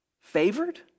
favored